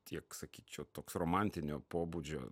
tiek sakyčiau toks romantinio pobūdžio